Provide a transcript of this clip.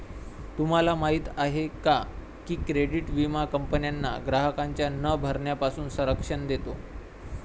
तुम्हाला माहिती आहे का की क्रेडिट विमा कंपन्यांना ग्राहकांच्या न भरण्यापासून संरक्षण देतो